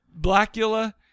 blackula